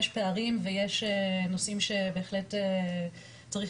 יש פערים ויש נושאים שבהחלט צריך